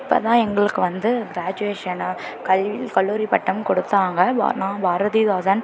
இப்போ தான் எங்களுக்கு வந்து கிராஜுவேஷனு கல்வி கல்லூரி பட்டம் கொடுத்தாங்க ப நான் பாரதிதாசன்